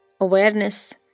awareness